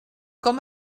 com